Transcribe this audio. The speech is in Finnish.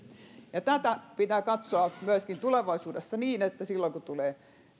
tätä pitää katsoa myöskin tulevaisuudessa niin että silloin kun tulee